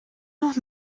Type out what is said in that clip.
noch